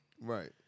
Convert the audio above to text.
Right